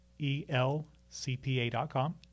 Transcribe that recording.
elcpa.com